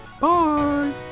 Bye